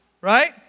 right